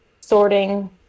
sorting